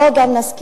בואו גם נסכים: